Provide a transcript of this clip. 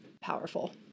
powerful